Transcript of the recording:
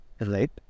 Right